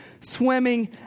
swimming